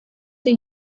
sie